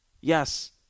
Yes